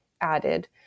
added